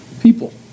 people